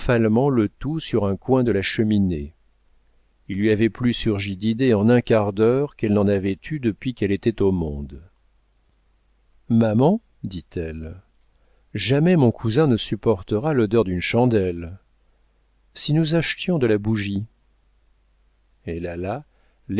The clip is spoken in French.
le tout sur un coin de la cheminée il lui avait plus surgi d'idées en un quart d'heure qu'elle n'en avait eu depuis qu'elle était au monde maman dit-elle jamais mon cousin ne supportera l'odeur d'une chandelle si nous achetions de la bougie elle alla